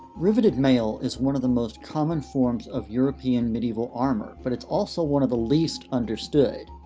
riveted maille is one of the most common forms of european medieval armour, but it's also one of the least understood.